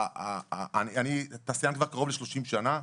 אני תעשיין כבר קרוב ל-30 שנה,